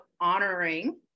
honoring